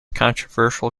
controversial